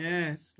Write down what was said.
Yes